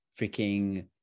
freaking